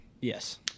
Yes